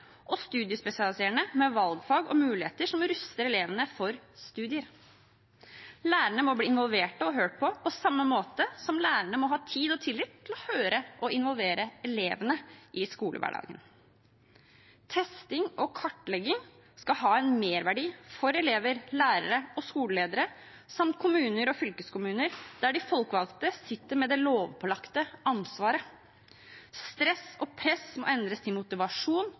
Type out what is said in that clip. og studiespesialiserende må ha valgfag og muligheter som ruster elevene for studier. Lærerne må bli involvert og hørt på, på samme måte som lærerne må ha tid og tillit til å høre og involvere elevene i skolehverdagen. Testing og kartlegging skal ha en merverdi for elever, lærere og skoleledere samt kommuner og fylkeskommuner, der de folkevalgte sitter med det lovpålagte ansvaret. Stress og press må endres til motivasjon